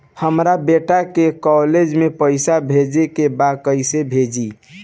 हमर बेटा के कॉलेज में पैसा भेजे के बा कइसे भेजी?